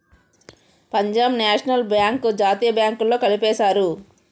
Punjab National Bank జాతీయ బ్యాంకుల్లో కలిపేశారు